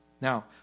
Now